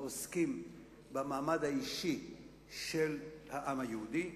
העוסקים במעמד האישי של העם היהודי,